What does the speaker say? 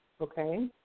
okay